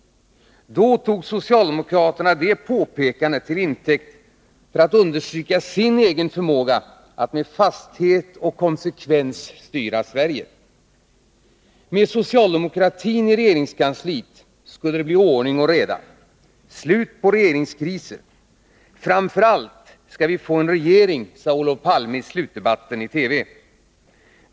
Då tog socialdemokraterna det påpekandet till intäkt för att understryka sin egen förmåga att med fasthet och konsekvens styra Sverige. Med socialdemokratin i regeringskansliet skulle det bli ordning och reda, slut på regeringskriser. Framför allt skall vi få en regering, sade Olof Palme i slutdebatten i TV.